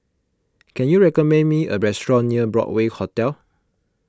can you recommend me a restaurant near Broadway Hotel